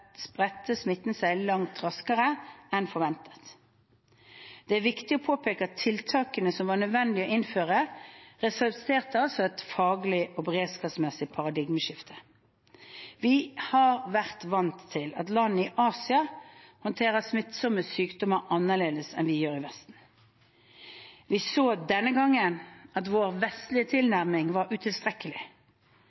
spredte smitten seg langt raskere enn forventet. Det er viktig å påpeke at tiltakene som var nødvendige å innføre, representerte et faglig og beredskapsmessig paradigmeskifte. Vi har vært vant til at land i Asia håndterer smittsomme sykdommer annerledes enn vi gjør i Vesten. Vi så denne gangen at vår vestlige